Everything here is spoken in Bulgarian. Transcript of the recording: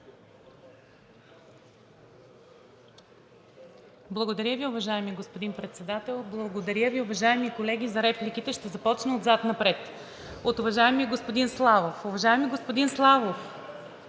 Благодаря Ви, уважаеми господин Председател. Благодаря Ви, уважаеми колеги, за репликите. Ще започна отзад-напред – от уважаемия господин Славов.